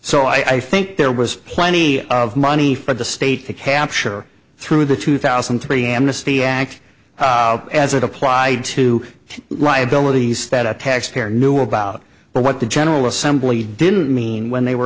so i think there was plenty of money for the state to capture through the two thousand and three amnesty act as it applied to liabilities that a taxpayer knew about but what the general assembly didn't mean when they were